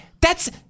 thats